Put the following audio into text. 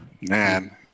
man